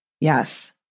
Yes